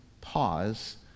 pause